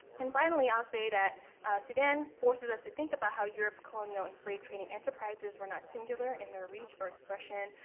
and finally, i'll say that sudan forces us to think about how europe's colonial and slave trading enterprises were not singular in their reach or expression,